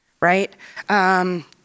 right